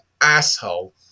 asshole